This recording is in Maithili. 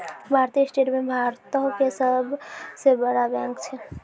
भारतीय स्टेट बैंक भारतो के सभ से बड़ा बैंक छै